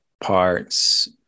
parts